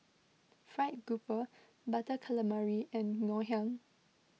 Fried Grouper Butter Calamari and Ngoh Hiang